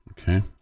okay